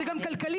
זה גם כלכלי,